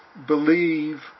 Believe